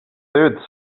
third